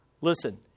Listen